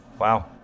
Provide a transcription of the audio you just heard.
wow